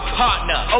partner